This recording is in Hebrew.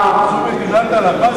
מה זה קשור למדינת הלכה?